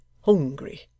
hungry